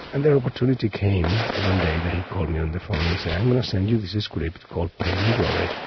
and their opportunity came when they they called me on the phone. he said, i'm going to send you this script called pain and glory.